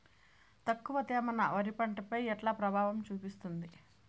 తక్కువ తేమ నా వరి పంట పై ఎట్లా ప్రభావం చూపిస్తుంది?